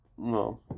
No